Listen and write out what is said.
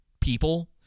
people